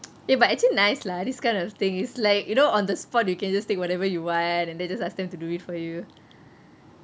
eh but actually nice lah this kind of thing is like you know on the spot you can just take whatever you want and then just ask them to do it for you